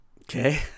Okay